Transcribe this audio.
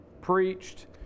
preached